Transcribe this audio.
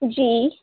جی